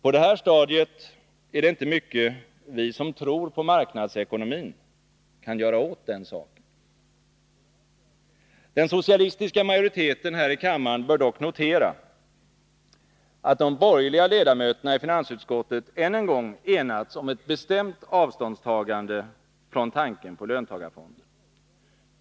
På det här stadiet är det inte mycket vi som tror på » marknadsekonomin kan göra åt den saken. Den socialistiska majoriteten här i kammaren bör dock notera att de borgerliga ledamöterna i finansutskottet än en gång enats om ett bestämt avståndstagande från tanken på löntagarfonder.